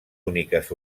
úniques